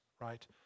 right